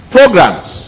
Programs